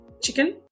Chicken